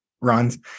runs